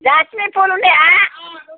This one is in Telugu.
జాస్మిన్ పూలు ఉన్నాయా